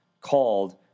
called